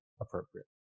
appropriate